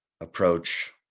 approach